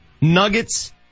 Nuggets